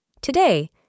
Today